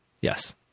yes